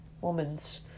woman's